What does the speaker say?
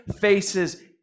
faces